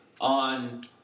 on